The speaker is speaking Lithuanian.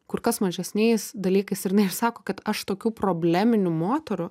kur kas mažesniais dalykais ir jinai ir sako kad aš tokių probleminių moterų